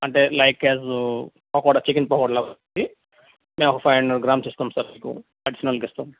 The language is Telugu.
అంటే లైక్ యాజ్ పకోడా చికెన్ పకోడలాగా వస్తుంది మేము ఒక ఫైవ్ హండ్రెడ్ గ్రామ్స్ ఇస్తాము సార్ మీకు అడిషనల్గా ఇస్తాము